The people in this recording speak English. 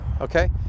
okay